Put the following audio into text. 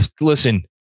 listen